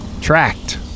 Tracked